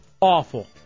awful